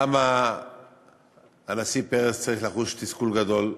למה הנשיא פרס צריך לחוש תסכול גדול?